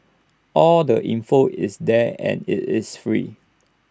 all the info is there and IT is free